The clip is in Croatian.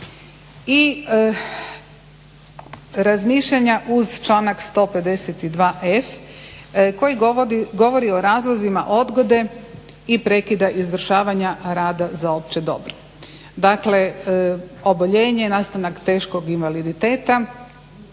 I razmišljanja uz članak 152f. koji govori o razlozima odgode i prekida izvršavanja rada za opće dobro. Dakle, oboljenje, nastanak teškog invaliditeta